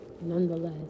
nonetheless